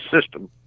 system